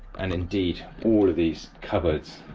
and indeed all of these cupboards